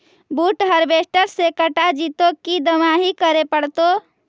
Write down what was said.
बुट हारबेसटर से कटा जितै कि दमाहि करे पडतै?